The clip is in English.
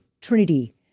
Trinity